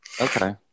Okay